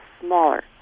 smaller